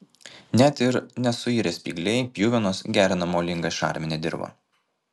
net ir nesuirę spygliai pjuvenos gerina molingą šarminę dirvą